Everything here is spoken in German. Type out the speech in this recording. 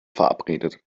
verabredet